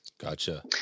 Gotcha